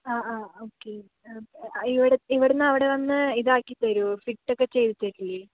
ആ ആ ഓക്കെ ഇവിടെ നിന്ന് അവിടെ വന്ന് ഇതാക്കി തരുവോ ഫിറ്റൊക്കെ ചെയ്തു തരില്ലേ